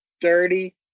Dirty